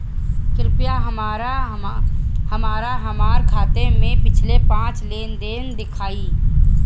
कृपया हमरा हमार खाते से पिछले पांच लेन देन दिखाइ